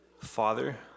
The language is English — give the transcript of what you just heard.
Father